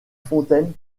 fontaine